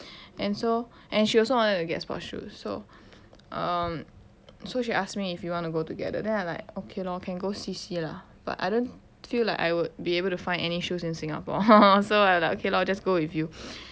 and so and she also wanted to get sports shoes so um so she asked me if you want to go together then I like okay lor can go see see lah but I don't feel like I would be able to find any shoes in singapore so I'm like okay lor just go with you